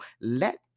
Let